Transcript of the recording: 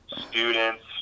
students